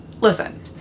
Listen